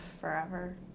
forever